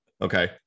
Okay